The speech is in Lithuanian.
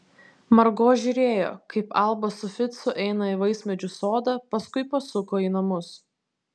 margo žiūrėjo kaip alba su ficu eina į vaismedžių sodą paskui pasuko į namus